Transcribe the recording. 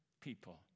people